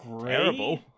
Terrible